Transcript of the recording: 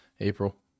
April